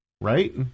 Right